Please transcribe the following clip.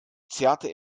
zerrte